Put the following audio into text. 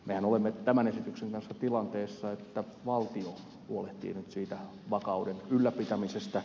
mehän olemme tämän esityksen kanssa tilanteessa jossa valtio huolehtii nyt siitä vakauden ylläpitämisestä